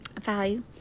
value